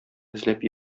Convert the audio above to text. эзләп